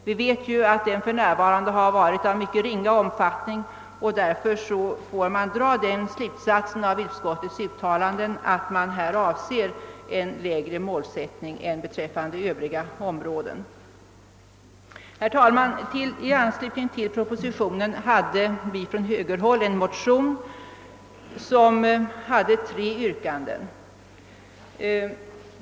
Vi vet att denna hittills varit av mycket ringa omfattning, och därför får man dra den slutsatsen av utskottets uttalande, att utskottet avser en lägre målsättning än på övriga områden. Herr talman! I anslutning till propositionen väckte vi på högerhåll en motion, som innehåller tre yrkanden.